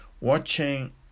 Watching